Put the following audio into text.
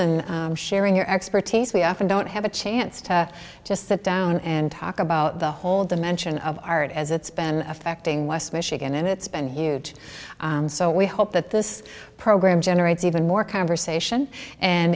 and sharing your expertise we often don't have a chance to just sit down and talk about the whole dimension of art as it's been affecting west michigan and it's been huge so we hope that this program generates even more conversation and